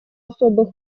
особых